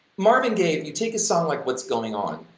marvin gaye, if you take a song like what's going on,